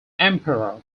emperor